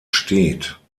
steht